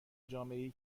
جامعهای